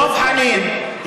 דב חנין,